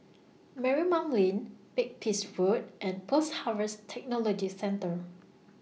Marymount Lane Makepeace Road and Post Harvest Technology Centre